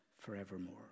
forevermore